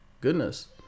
Goodness